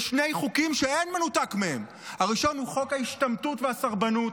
בשני חוקים שאין מנותקים מהם: הראשון הוא חוק ההשתמטות והסרבנות,